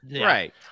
Right